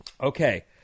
Okay